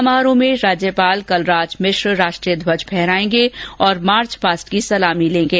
समारोह में राज्यपाल कलराज मिश्र रोष्ट्रीय ध्वज फहरायेंगे और मार्चपास्ट की सलामी लेंगे